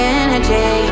energy